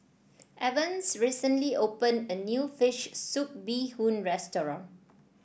Evans recently opened a new fish soup Bee Hoon restaurant